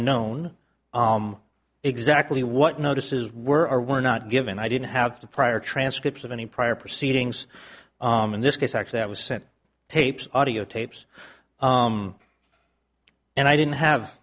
known exactly what notices were or were not given i didn't have the prior transcripts of any prior proceedings in this case actually i was sent tapes audiotapes and i didn't have